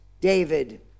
David